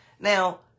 Now